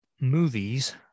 movies